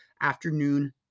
afternoon